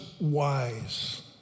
wise